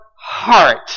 heart